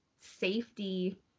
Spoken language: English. safety